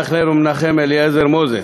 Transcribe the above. ישראל אייכלר ומנחם אליעזר מוזס.